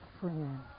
friend